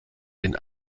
den